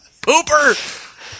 Pooper